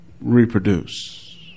reproduce